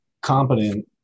competent